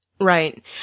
Right